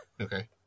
Okay